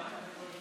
שמית.